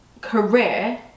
career